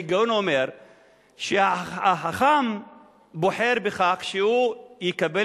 ההיגיון אומר שהחכם בוחר בכך שהוא יקבל